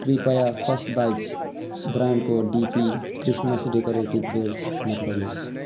कृपया first bites ब्रान्डको DP Christmas decorative bells नपठाउनुहोस्